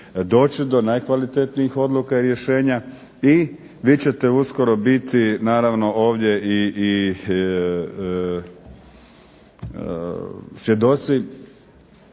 doći do najkvalitetnijih odluka i rješenja i vi ćete uskoro biti naravno ovdje i svjedoci